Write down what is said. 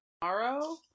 tomorrow